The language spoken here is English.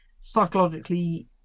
psychologically